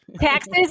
taxes